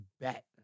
bet